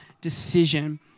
decision